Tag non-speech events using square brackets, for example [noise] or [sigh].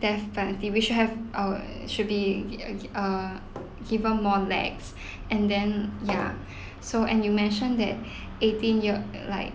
death penalty we should have uh should be [noise] err given more lax [breath] and then ya so and you mention that [breath] eighteen year like